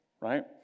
right